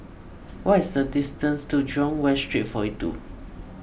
what is the distance to Jurong West Street forty two